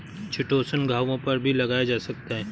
chitosan घावों पर भी लगाया जा सकता है